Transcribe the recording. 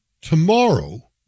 tomorrow